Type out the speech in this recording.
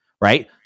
Right